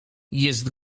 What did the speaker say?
jest